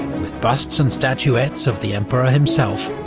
with busts and statuettes of the emperor himself,